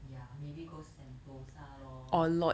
ya maybe go sentosa lor